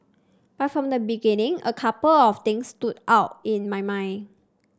but from the beginning a couple of things stood out in my mind